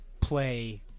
play